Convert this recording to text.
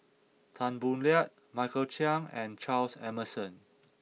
Tan Boo Liat Michael Chiang and Charles Emmerson